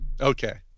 Okay